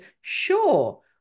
sure